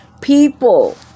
People